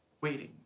waiting